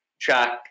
track